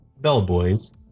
Bellboys